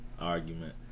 Argument